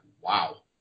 Wow